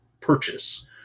purchase